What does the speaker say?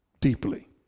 deeply